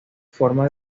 forma